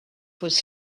was